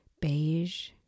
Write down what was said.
beige